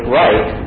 right